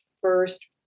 first